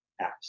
apps